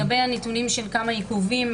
לגבי הנתונים של כמה עיכובים,